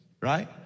right